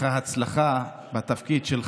שהם נגד קיבוץ גלויות, נגד בניין בית המקדש?